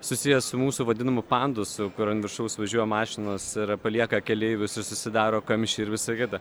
susijęs su mūsų vadinamu pandusu kur ant viršaus važiuoja mašinos ir palieka keleivius susidaro kamščiai ir visa kita